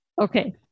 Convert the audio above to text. Okay